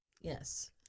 Yes